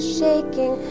shaking